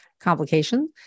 complication